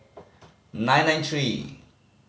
nine nine three